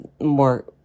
more